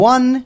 One